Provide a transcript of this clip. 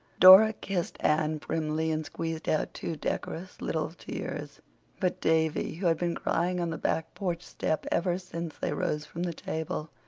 dora kissed anne primly and squeezed out two decorous little tears but davy, who had been crying on the back porch step ever since they rose from the table,